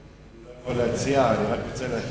אני לא יכול להציע, אני רק רוצה לומר,